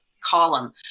column